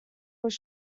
was